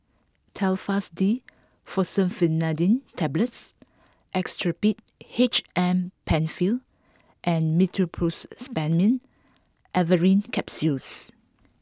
Telfast D Fexofenadine Tablets Actrapid H M Penfill and Meteospasmyl Alverine Capsules